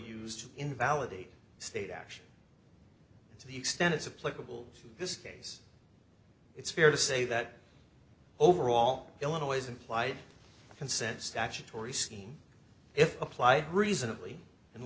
used to invalidate state action to the extent it's a political this case it's fair to say that overall illinois implied consent statutory scheme if applied reasonably in